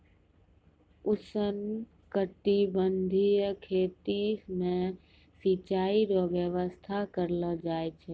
उष्णकटिबंधीय खेती मे सिचाई रो व्यवस्था करलो जाय छै